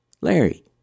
Larry